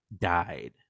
died